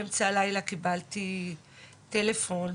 באמצע הלילה קיבלתי טלפון,